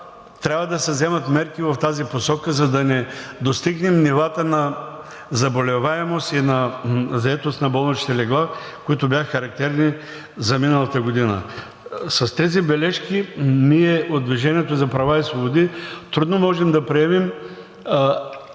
трябва да се вземат мерки в тази посока, за да не достигнем нивата на заболеваемост и на заетост на болничните легла, които бяха характерни за миналата година. С тези бележки ние от „Движението за права и свободи“ трудно можем да приемем тази